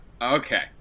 okay